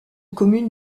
communes